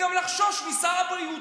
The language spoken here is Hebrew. לחשוש משר הבריאות.